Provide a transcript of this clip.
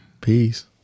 peace